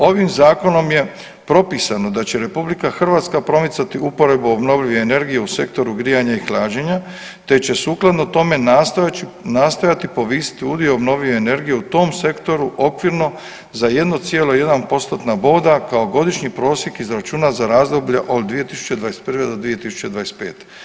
Ovim zakonom je propisano da će RH promicati uporabu obnovljive energije u sektoru grijanja i hlađenja te će sukladno tome nastojati povisiti udio obnovljive energije u tom sektoru okvirno za 1,1%-tna boda kao godišnji prosjek izračunat za razdoblja od 2021.-2025.